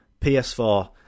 PS4